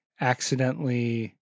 accidentally